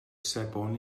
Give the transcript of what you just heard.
sebon